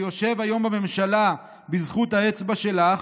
שיושב היום בממשלה בזכות האצבע שלך,